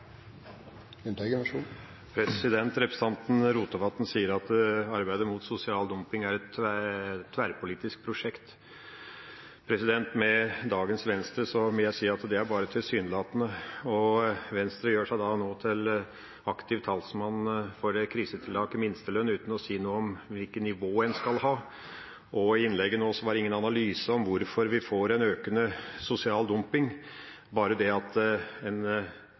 Representanten Rotevatn sier at arbeidet mot sosial dumping er et tverrpolitisk prosjekt. Med dagens Venstre må jeg si at det er bare tilsynelatende. Venstre gjør seg nå til aktiv talsmann for krisetiltaket minstelønn uten å si noe om hvilket nivå en skal ha. I innlegget nå var det ingen analyse av hvorfor vi får en økende sosial dumping, bare at en